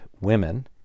women